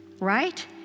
Right